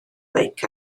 beic